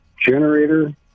generator